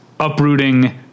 uprooting